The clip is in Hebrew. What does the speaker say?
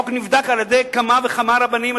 החוק נבדק על-ידי כמה וכמה רבנים,